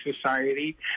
society